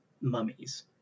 mummies